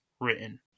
written